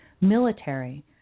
military